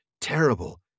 terrible